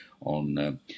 on